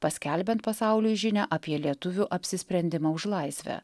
paskelbiant pasauliui žinią apie lietuvių apsisprendimą už laisvę